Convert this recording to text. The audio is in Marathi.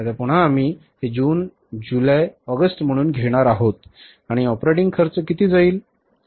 आता पुन्हा आम्ही हे जून जुलै ऑगस्ट म्हणून घेणार आहोत आणि ऑपरेटिंग खर्च किती जाईल